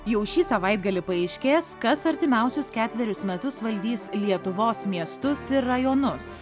jau šį savaitgalį paaiškės kas artimiausius ketverius metus valdys lietuvos miestus ir rajonus